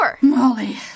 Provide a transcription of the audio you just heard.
Molly